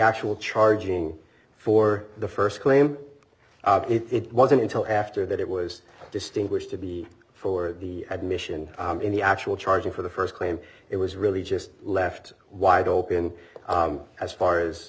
actual charging for the first claim it wasn't until after that it was distinguished to be for the admission in the actual charging for the first claim it was really just left wide open as far as